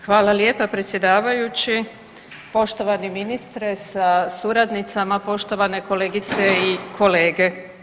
Hvala lijepa predsjedavajući, poštovani ministre sa suradnicama, poštovane kolegice i kolege.